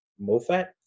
Mofat